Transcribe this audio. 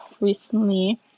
recently